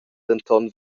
denton